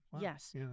Yes